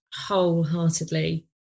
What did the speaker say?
wholeheartedly